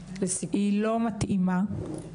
היא לא מתאימה,